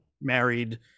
married